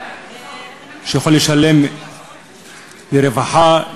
שיכול לשלם לרווחה,